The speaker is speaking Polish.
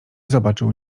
zobaczył